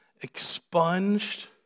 expunged